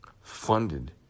funded